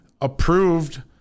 approved